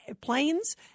planes